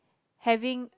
having